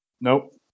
Nope